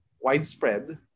widespread